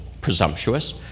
presumptuous